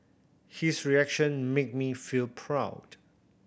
his reaction made me feel proud